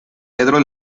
pedro